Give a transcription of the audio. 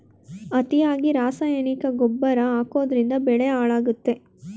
ಅತಿಯಾಗಿ ರಾಸಾಯನಿಕ ಗೊಬ್ಬರ ಹಾಕೋದ್ರಿಂದ ಬೆಳೆ ಹಾಳಾಗುತ್ತದೆ